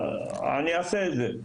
בסדר, אני אעשה את זה.